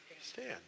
Stand